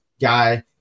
guy